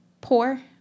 poor